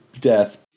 death